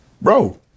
Bro